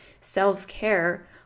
self-care